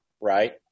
right